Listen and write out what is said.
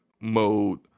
mode